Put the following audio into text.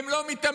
הם לא מתאמנים.